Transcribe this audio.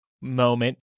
moment